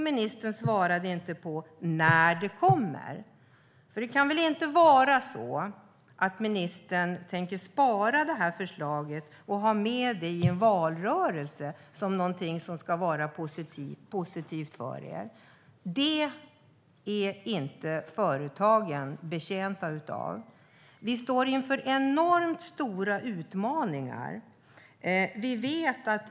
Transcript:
Ministern svarade inte på när förslaget kommer. Det kan väl inte vara så, ministern, att ni tänker spara det här förslaget och ha med det i en valrörelse som någonting som ska vara positivt för er? Det är inte företagen betjänta av. Vi står inför enormt stora utmaningar.